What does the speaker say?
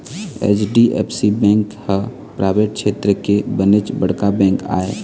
HDFC bank ह private छेत्र के बनेच बड़का बेंक आय